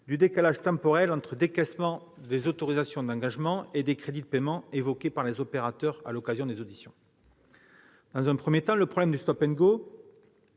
du décalage temporel entre décaissement des autorisations d'engagement et des crédits de paiement, évoquées par les opérateurs à l'occasion des auditions : d'une part, le problème du, qui se